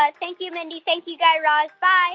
ah thank you, mindy. thank you, guy raz. bye